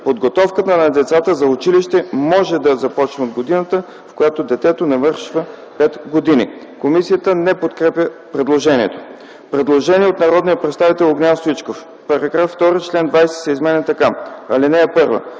„Подготовката на децата за училище може да започне от годината, в която детето навършва пет години.” Комисията не подкрепя предложението. Предложение от народния представител Огнян Стоичков: В § 2 чл. 20 се изменя така: „Чл.